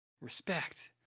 respect